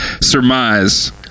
surmise